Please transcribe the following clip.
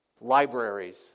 libraries